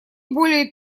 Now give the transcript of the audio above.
более